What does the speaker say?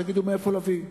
תגידו מאיפה להביא.